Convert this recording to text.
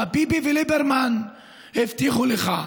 מה ביבי וליברמן הבטיחו לך,